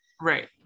Right